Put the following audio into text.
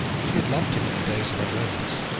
she had loved him in the days of her romance.